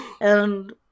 And-